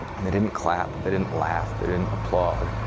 and they didn't clap. they didn't laugh. they didn't applaud.